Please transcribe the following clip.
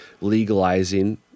legalizing